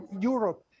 Europe